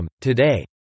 today